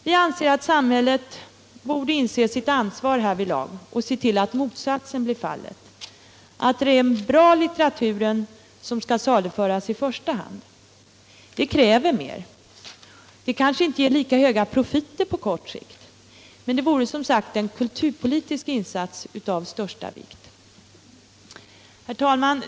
Vi anser att samhället borde inse sitt ansvar härvidlag och se till att motsatsen blir fallet — att det är den bra litteraturen som skall saluföras i första hand. Det kräver mer. Det kanske inte ger lika höga profiter på kort sikt, men det vore som sagt en kulturpolitisk insats av största vikt. Herr talman!